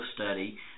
study